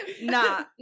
nah